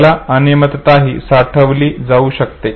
यात अनियमितताही साठविली जावू शकते